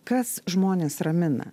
kas žmones ramina